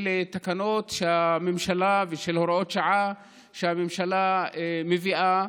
תקנות ושל הוראות שעה שהממשלה מביאה,